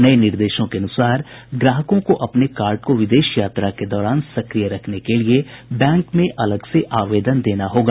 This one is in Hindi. नये निर्देशों के अनुसार ग्राहकों को अपने कार्ड को विदेश यात्रा के दौरान सक्रिय रखने के लिए बैंक में अलग से आवेदन देना होगा